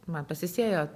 man pasisėjo